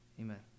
Amen